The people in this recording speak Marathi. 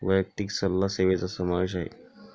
वैयक्तिक सल्ला सेवेचा समावेश आहे